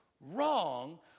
wrong